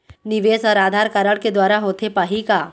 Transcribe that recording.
निवेश हर आधार कारड के द्वारा होथे पाही का?